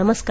नमस्कार